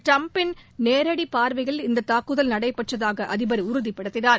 டிரம்பின் நேரடி பார்வையில் இந்த தாக்குதல் நடைபெற்றதாக அதிபர் உறுதிபடுத்தினார்